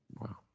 Wow